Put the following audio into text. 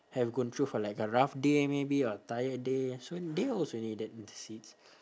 have gone through for like a rough day maybe or tired day so they also needed the seats